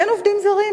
אין עובדים זרים.